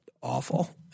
awful